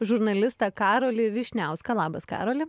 žurnalistą karolį vyšniauską labas karoli